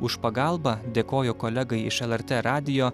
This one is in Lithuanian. už pagalbą dėkoju kolegai iš lrt radijo